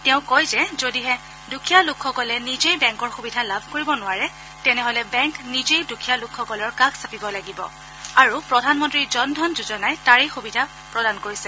তেওঁ কয় যে যদিহে দুখীয়া লোকসকলে নিজে বেংকৰ সুবিধা লাভ কৰিব নোৱাৰে তেনেহলে বেংক নিজেই দুখীযা লোকসকলৰ কাষ চাপিব লাগিব আৰু প্ৰধানমন্ত্ৰীৰ জনধন যোজনাই তাৰেই সুবিধা প্ৰদান কৰিছে